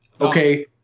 Okay